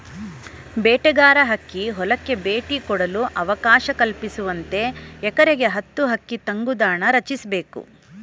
ಬೇಟೆಗಾರ ಹಕ್ಕಿ ಹೊಲಕ್ಕೆ ಭೇಟಿ ಕೊಡಲು ಅವಕಾಶ ಕಲ್ಪಿಸುವಂತೆ ಎಕರೆಗೆ ಹತ್ತು ಹಕ್ಕಿ ತಂಗುದಾಣ ರಚಿಸ್ಬೇಕು